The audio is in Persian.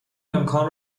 امکان